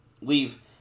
leave